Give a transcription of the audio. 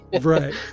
right